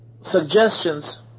suggestions